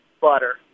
butter